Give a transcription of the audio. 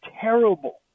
terrible